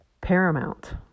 paramount